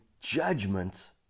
judgment